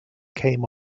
came